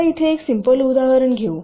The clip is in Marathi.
आता येथे एक सिम्पल उदाहरण घेऊ